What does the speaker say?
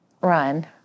run